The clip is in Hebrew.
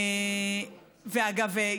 ואגב,